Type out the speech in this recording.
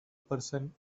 person